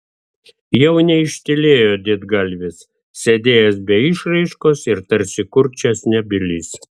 jau neištylėjo didgalvis sėdėjęs be išraiškos ir tarsi kurčias nebylys